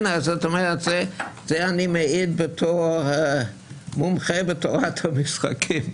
זאת אומרת, זה אני מעיד בתור מומחה בתורת המשחקים.